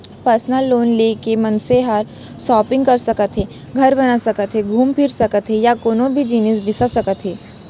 personal loan ले के मनसे हर सॉपिंग कर सकत हे, घर बना सकत हे घूम फिर सकत हे या कोनों भी जिनिस बिसा सकत हे